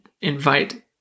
invite